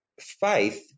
Faith